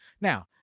Now